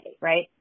right